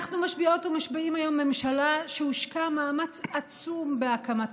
אנחנו משביעות ומשביעים היום ממשלה שהושקע מאמץ עצום בהקמתה.